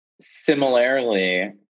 similarly